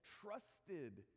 trusted